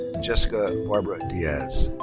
jessica barbara diaz.